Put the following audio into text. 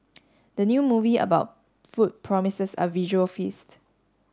the new movie about food promises a visual feast